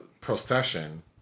procession